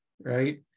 Right